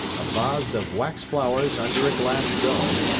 a vase of wax flowers under a glass dome,